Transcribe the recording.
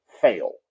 fail